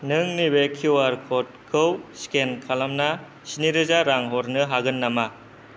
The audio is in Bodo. नों नैबे किउ आर क'डखौ स्केन खालामना स्निरोजा रां हरनो हागोन नामा